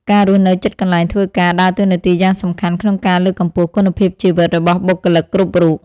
ការរស់នៅជិតកន្លែងធ្វើការដើរតួនាទីយ៉ាងសំខាន់ក្នុងការលើកកម្ពស់គុណភាពជីវិតរបស់បុគ្គលិកគ្រប់រូប។